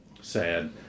sad